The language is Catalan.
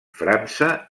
frança